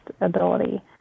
ability